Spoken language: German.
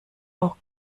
auch